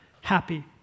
happy